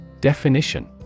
DEFINITION